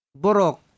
borok